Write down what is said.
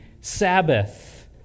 Sabbath